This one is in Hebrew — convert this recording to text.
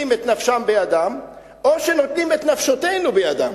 את נפשם בידם או שנותנים את נפשותינו בידם,